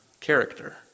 character